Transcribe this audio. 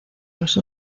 los